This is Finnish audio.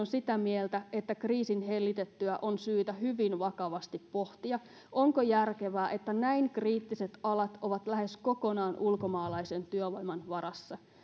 sitä mieltä että kriisin hellitettyä on syytä hyvin vakavasti pohtia onko järkevää että näin kriittiset alat ovat lähes kokonaan ulkomaalaisen työvoiman varassa